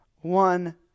One